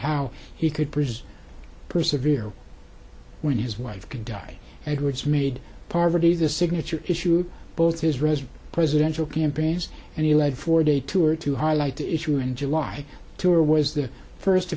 how he could bridges persevere when his wife could die edwards made poverty the signature issue of both his resume presidential campaigns and he led four day tour to highlight the issue in july tour was the first to